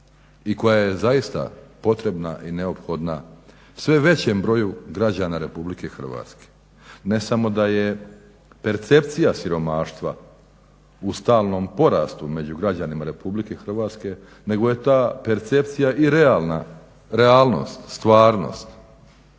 I koja je zaista potrebna i neophodna sve većem broju građana Republike Hrvatske. Ne samo da je percepcija siromaštva u stalnom porastu među građanima Republike Hrvatske nego je ta percepcija i realna, realnost, stvarnost.